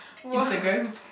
Instagram